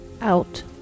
out